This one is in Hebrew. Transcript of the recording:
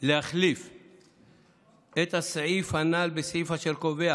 להחליף את הסעיף הנ"ל בסעיף אשר קובע